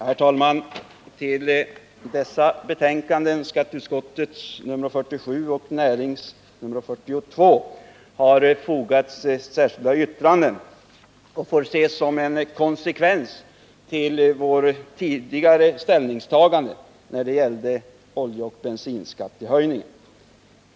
Herr talman! Vid vart och ett av de båda betänkanden som nu behandlas har fogats ett särskilt yttrande, och det får ses som en konsekvens av vårt tidigare ställningstagande när det gällde oljeoch bensinskattehöjningen.